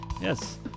Yes